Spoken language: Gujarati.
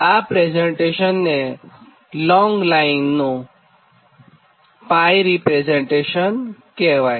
આ પ્રેઝન્ટેશનને લોંગ લાઇન માટેનું 𝜋 રિપ્રેઝન્ટેશન કહેવાય